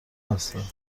هستند